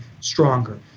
stronger